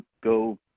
go